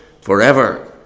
forever